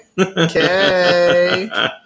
Okay